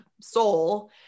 soul